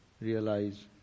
realize